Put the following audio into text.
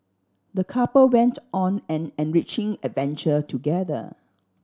the couple went on an enriching adventure together